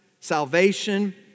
Salvation